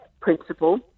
principle